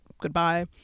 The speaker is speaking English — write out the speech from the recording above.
goodbye